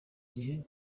gihe